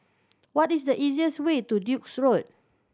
what is the easiest way to Duke's Road